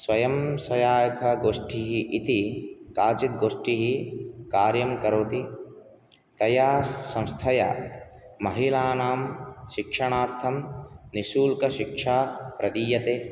स्वयं सहायक गोष्ठिः इति काचित् गोष्ठिः कार्यं करोति तया संस्थया महिलानां शिक्षणार्थं निःशुल्क शिक्षा प्रदीयते